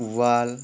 उवाल